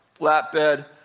flatbed